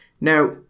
Now